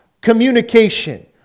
Communication